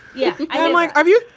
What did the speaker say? yeah. mean like are you.